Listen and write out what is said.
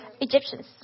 Egyptians